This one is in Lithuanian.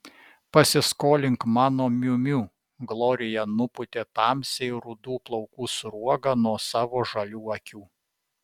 pasiskolink mano miu miu glorija nupūtė tamsiai rudų plaukų sruogą nuo savo žalių akių